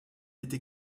été